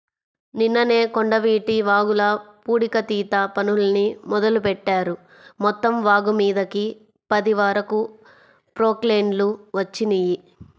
నిన్ననే కొండవీటి వాగుల పూడికతీత పనుల్ని మొదలుబెట్టారు, మొత్తం వాగుమీదకి పది వరకు ప్రొక్లైన్లు వచ్చినియ్యి